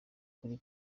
kuri